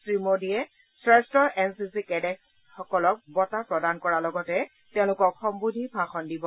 শ্ৰীমোডীয়ে শ্ৰেষ্ঠ N C C কেডেটসকলক বঁটা প্ৰদান কৰাৰ লগতে তেওঁলোকক সম্বোধি ভাষণ দিব